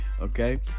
Okay